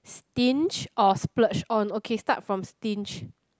stinge or splurge on okay start from stinge